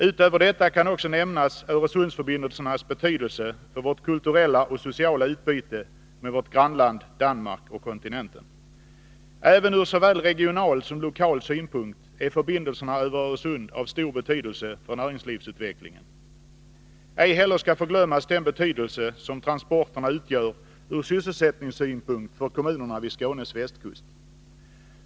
Utöver detta kan också nämnas Öresundsförbindelsernas betydelse för vårt kulturella och sociala utbyte med vårt grannland Danmark och kontinenten. Ur såväl regional som lokal utgångspunkt är förbindelserna över Öresund av stor betydelse för näringslivsutvecklingen. Ej heller skall förglömmas den betydelse som transporterna har ur sysselsättningssynpunkt för kommunerna vid Skånes västkust.